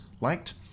liked